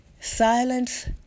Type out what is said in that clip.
Silence